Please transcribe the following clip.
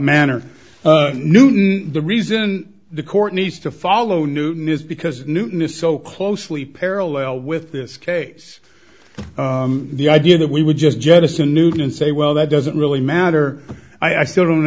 manner newton the reason the court needs to follow newton is because newton is so closely parallel with this case the idea that we would just jettison newton and say well that doesn't really matter i still don't